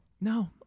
No